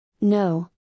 No